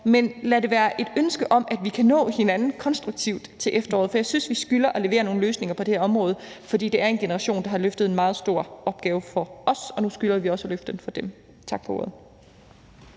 Men lad det være et ønske om, at vi kan nå hinanden konstruktivt til efteråret, for jeg synes, at vi skylder at levere nogle løsninger på det her område, for det er en generation, der har løftet en meget stor opgave for os, og nu skylder vi også at løfte den for dem. Tak for ordet.